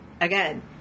Again